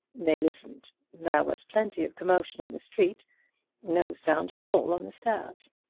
they listened. there was plenty of commotion in the street no sound at all on the stairs.